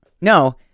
No